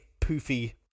poofy